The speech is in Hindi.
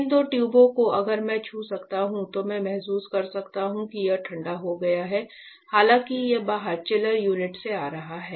इन दो ट्यूबों को अगर मैं छू सकता हूं तो मैं महसूस कर सकता हूं कि यह ठंडा हो गया है हालांकि यह बाहर चिलर यूनिट से आ रहा है